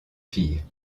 filles